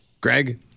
Greg